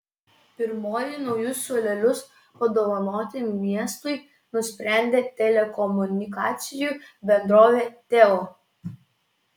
pirmoji naujus suolelius padovanoti miestui nusprendė telekomunikacijų bendrovė teo